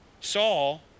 Saul